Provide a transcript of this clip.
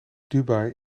dubai